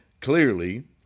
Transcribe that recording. clearly